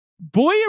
Boy